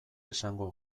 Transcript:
esango